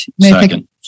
Second